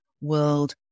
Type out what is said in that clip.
World